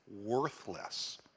worthless